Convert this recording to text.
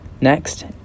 Next